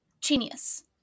genius